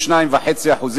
עם 52.5%,